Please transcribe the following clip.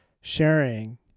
sharing